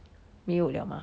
没有了吗